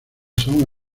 son